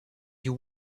you